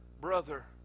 brother